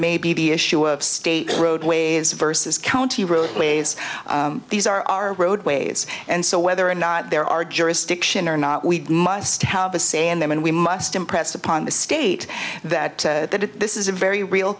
may be the issue of state roadways versus county road plays these are our roadways and so whether or not there are jurisdiction or not we must have a say in them and we must impress upon the state that that this is a very real